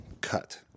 cut